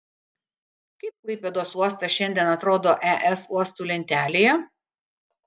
kaip klaipėdos uostas šiandien atrodo es uostų lentelėje